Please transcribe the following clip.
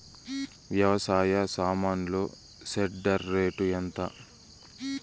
వ్యవసాయ సామాన్లు shredder rate ఎంత?